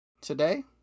Today